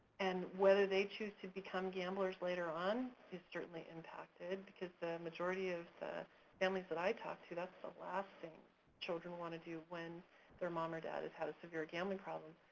and whether they choose to become gamblers later on is certainly impacted because the majority of the families that i've talked to, that's the last thing children wanna do when their mom or dad has had a severe gambling problem.